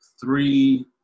three